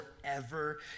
forever